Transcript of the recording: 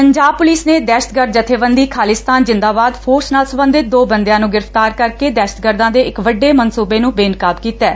Punjab police ਨੇ ਦਹਿਸ਼ਤਗਰਦ ਜੱਬੇਬੰਦੀ ਖਾਲਿਸਤਾਨ ਜਿਦਾਬਾਦ ਫੋਰਸ ਨਾਲ ਸਬੰਧਤ ਦੋ ਬੰਦਿਆਂ ਨੰ ਗੁਫ਼ਤਾਰ ਕਰਕੇ ਦਹਿਸ਼ਤਗਰਦਾਂ ਦੇ ਇਕ ਵੱਡੇ ਮਨਸੁਬੇ ਨੂੰ ਬੇਨਕਾਬ ਕੀਤੈ